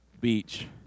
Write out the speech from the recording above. Beach